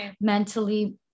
mentally